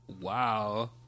Wow